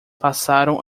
passaram